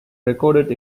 recorded